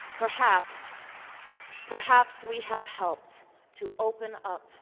perhaps perhaps we have helped to open up,